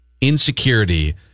insecurity